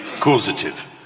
causative